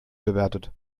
bewertet